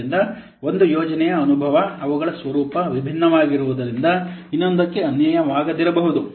ಆದ್ದರಿಂದ ಒಂದು ಯೋಜನೆಯ ಅನುಭವ ಅವುಗಳ ಸ್ವರೂಪವು ವಿಭಿನ್ನವಾಗಿರುವುದರಿಂದ ಇನ್ನೊಂದಕ್ಕೆ ಅನ್ವಯವಾಗದಿರಬಹುದು